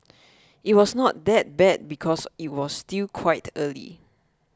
it was not that bad because it was still quite early